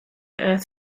earth